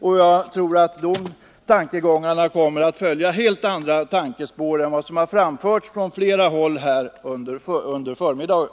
Jag tror att tankegångarna då kommer att vara helt andra än de som framförts från flera håll under förmiddagen.